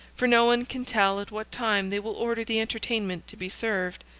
for no one can tell at what time they will order the entertainment to be served.